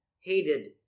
hated